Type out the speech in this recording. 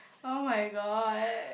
!oh-my-god!